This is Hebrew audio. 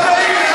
הנה, כולם באים,